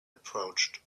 approached